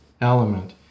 element